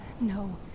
No